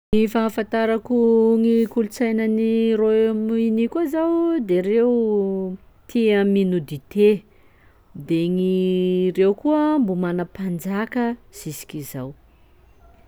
Ny fahafantarako gny kolontsaina any Royaume-Uni koa zao de reo tia mino dite, de gny reo koa mbo mana mpanjaka jusk'izao.